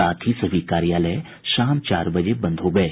साथ ही सभी कार्यालय शाम चार बजे बंद हो गये